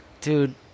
dude